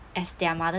as their mother